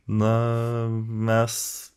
na mes